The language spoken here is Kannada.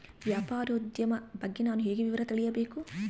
ವ್ಯಾಪಾರೋದ್ಯಮ ಬಗ್ಗೆ ನಾನು ಹೇಗೆ ವಿವರ ತಿಳಿಯಬೇಕು?